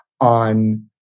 on